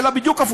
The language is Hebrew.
אלא בדיוק הפוך.